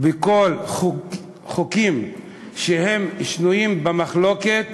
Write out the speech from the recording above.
בחוקים שהם שנויים במחלוקת,